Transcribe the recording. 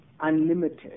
unlimited